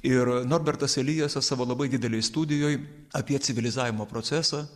ir norbertas elijasas savo labai didelėj studijoj apie civilizavimo procesą